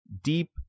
deep